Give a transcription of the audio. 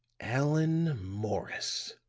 allan morris,